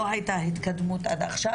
הייתה בהם התקדמות עד עכשיו,